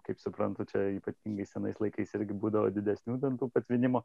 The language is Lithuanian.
kaip suprantu čia ypatingai senais laikais irgi būdavo didesnių ten tų patvinimo